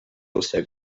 also